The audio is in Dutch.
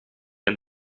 een